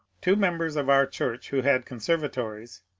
two members of our church who had conservatories,